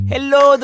Hello